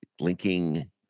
linking